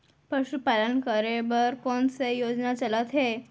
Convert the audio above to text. पशुपालन करे बर कोन से योजना चलत हे?